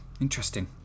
Interesting